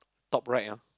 top right lor